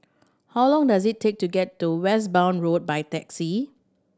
how long does it take to get to Westbourne Road by taxi